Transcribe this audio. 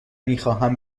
میخواهم